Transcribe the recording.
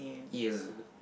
yes